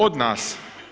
Od nas.